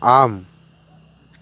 आम्